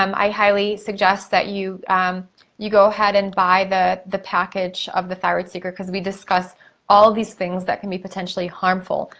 um i highly suggest that you you go ahead and buy the the package of the thyroid secret, cause we discuss all these things that can be potentially harmful,